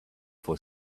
for